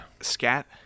scat